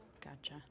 Gotcha